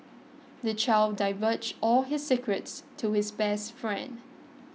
the child divulged all his secrets to his best friend